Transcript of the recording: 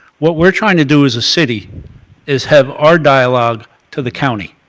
what we are trying to do as a city is have our dialogue to the county.